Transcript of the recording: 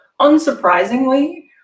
unsurprisingly